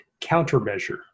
countermeasure